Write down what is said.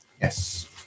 Yes